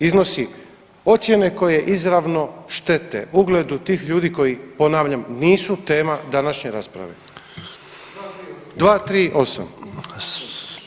Iznosi ocjene koje izravno štete ugledu tih ljudi koji ponavljam nisu tema današnje rasprave [[Upadica iz klupe: 238.]] 238.